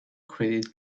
credit